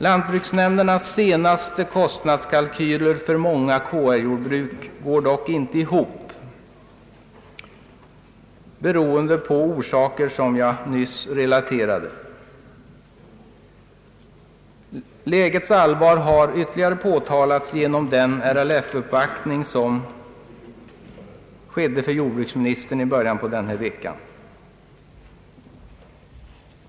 Lantbruksnämndens senaste kostnadskalkyler för många KR-jordbruk går dock inte ihop av de skäl som jag nyss relaterade. Lägets allvar har ytterligare markerats genom den RLF-uppvaktning hos jordbruksministern som ägde rum i början av denna vecka.